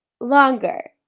longer